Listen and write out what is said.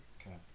Okay